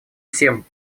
всем